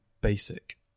basic